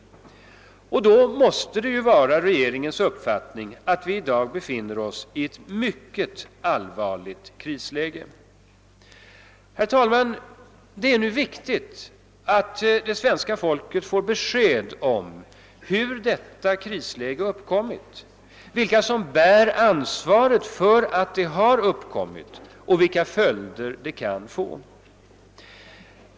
Då måste det också vara regeringens uppfattning, att vi i dag befinner oss i ett mycket allvarligt krisläge. Herr talman! Det är nu viktigt att det svenska folket får besked om hur detta krisläge uppkommit, vilka som bär ansvaret för att det uppkommit och vilka följder det kan få.